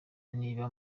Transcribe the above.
niba